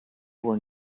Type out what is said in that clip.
were